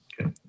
Okay